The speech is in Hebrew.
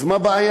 אז מה הבעיה?